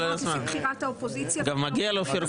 140 הצבעות לפי בחירת האופוזיציה --- כן.